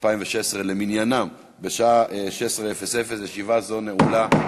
2016 למניינם, בשעה 16:00. ישיבה זו נעולה.